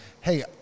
hey